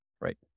right